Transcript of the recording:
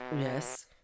Yes